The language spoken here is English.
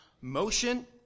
motion